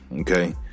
okay